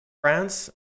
France